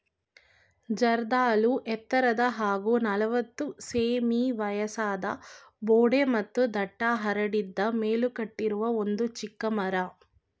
ಜರ್ದಾಳು ಎತ್ತರದ ಹಾಗೂ ನಲವತ್ತು ಸೆ.ಮೀ ವ್ಯಾಸದ ಬೊಡ್ಡೆ ಮತ್ತು ದಟ್ಟ ಹರಡಿದ ಮೇಲ್ಕಟ್ಟಿರುವ ಒಂದು ಚಿಕ್ಕ ಮರ